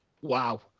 Wow